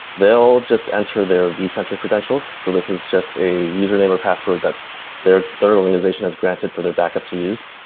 they'll just enter their vcenter credentials, so this is just a username or password that their their organization has granted for their backup to use.